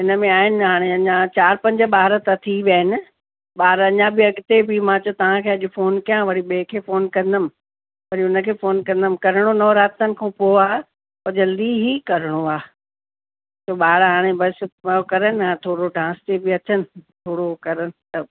हिन में आहिनि हाणे अञा चार पंज ॿार त थी विया आहिनि ॿार अञा बि अॻिते बि मां चओ तव्हांखे अॼु फ़ोन कयां वरी ॿिए खे फ़ोन कंदमि वरी उनखे फ़ोन कंदमि करिणो नवरात्रनि खां पोइ आहे पर जल्दी ई करिणो आहे ॿार हाणे बसि करनि न थोरो डांस ते बि अचनि थोरो करनि त